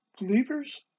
Believers